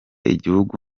igihugu